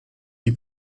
die